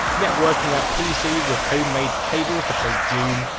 networking up pcs with homemade cables to play doom.